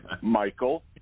Michael